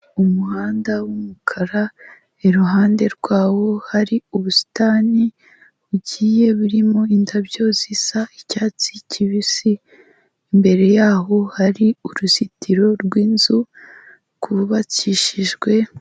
Umuhanda w'umukara, iruhande rwawo hari ubusitani bugiye burimo indabyo zisa icyatsi kibisi, imbere yaho hari uruzitiro rw'inzu rwubakishijwe